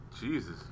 Jesus